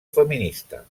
feminista